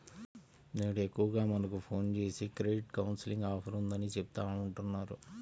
నేడు ఎక్కువగా మనకు ఫోన్ జేసి క్రెడిట్ కౌన్సిలింగ్ ఆఫర్ ఉందని చెబుతా ఉంటన్నారు